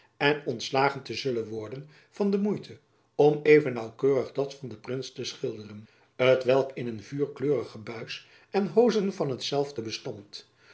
en ontslagen te zullen worden van de moeite om even naauwkeurig dat van den prins te schilderen t welk in een vuurkleurig buis en hoozen van t zelfde bestond